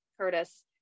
Curtis